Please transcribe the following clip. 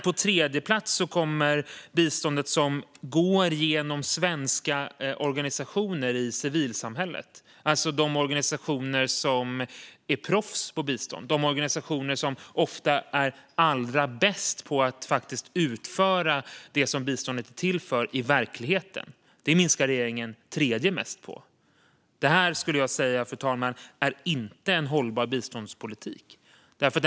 På tredje plats kommer det bistånd som går genom svenska organisationer i civilsamhället, alltså de organisationer som är proffs på bistånd - de organisationer som ofta är allra bäst på att faktiskt utföra det som biståndet är till för i verkligheten. Det minskar regeringen tredje mest på. Detta skulle jag säga inte är en hållbar biståndspolitik, fru talman.